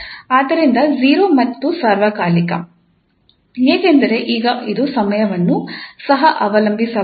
ಆದ್ದರಿಂದ 0 ಮತ್ತು ಸಾರ್ವಕಾಲಿಕ ಏಕೆಂದರೆ ಈಗ ಇದು ಸಮಯವನ್ನು ಸಹ ಅವಲಂಬಿಸಬಹುದು